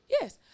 Yes